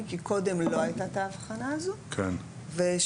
כי קודם לא הייתה האבחנה הזאת -- אני חושבת